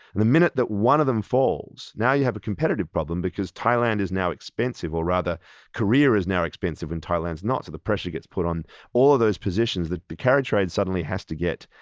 the minute that one of them falls, now you have a competitive problem, because thailand is now expensive, or rather korea is now expensive and thailand's not, so the pressure gets put on all those positions that the carry trade suddenly has to get,